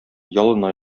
ялына